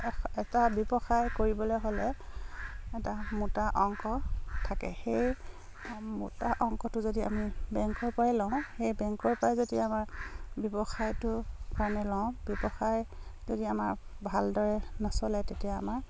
এটা ব্যৱসায় কৰিবলে হ'লে এটা মোটা অংক থাকে সেই মোটা অংকটো যদি আমি বেংকৰ পৰাই লওঁ সেই বেংকৰ পৰাই যদি আমাৰ ব্যৱসায়টোৰ কাৰণে লওঁ ব্যৱসায় যদি আমাৰ ভালদৰে নচলে তেতিয়া আমাৰ